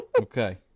Okay